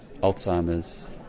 Alzheimer's